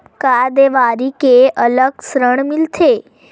का देवारी के अलग ऋण मिलथे?